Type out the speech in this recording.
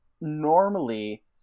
normally